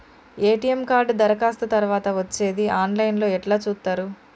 ATM card దరఖాస్తు తరువాత వచ్చేది ఆన్ లైన్ లో ఎట్ల చూత్తరు?